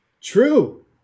True